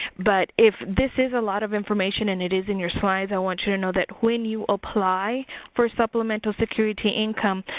but, if this is a lot of information and it is in your slides i want you to know that when you apply for supplemental security income,